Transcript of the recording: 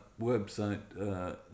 website